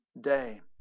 day